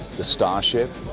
the star ship,